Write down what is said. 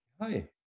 Hi